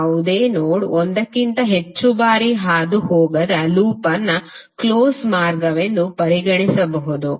ಯಾವುದೇ ನೋಡ್ ಒಂದಕ್ಕಿಂತ ಹೆಚ್ಚು ಬಾರಿ ಹಾದುಹೋಗದ ಲೂಪ್ ಅನ್ನು ಕ್ಲೋಸ್ ಮಾರ್ಗವೆಂದು ಪರಿಗಣಿಸಬಹುದು